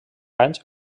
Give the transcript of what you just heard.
anys